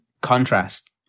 contrast